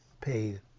paid